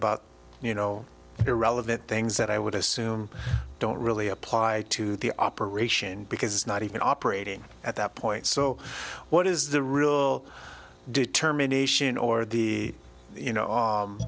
about you know irrelevant things that i would assume don't really apply to the operation because it's not even operating at that point so what is the real determination or the you know